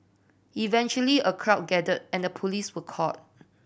eventually a crowd gathered and the police were called